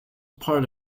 part